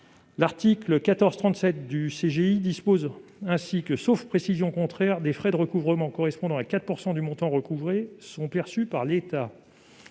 général des impôts dispose ainsi que, sauf précision contraire, des frais de recouvrement correspondant à 4 % du montant recouvré sont perçus par l'État.